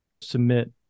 submit